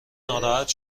ناراحت